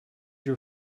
your